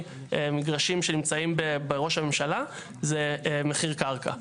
מגרשים שנמצאים בראש הממשלה זה מחיר קרקע.